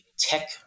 tech